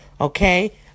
okay